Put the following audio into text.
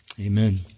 Amen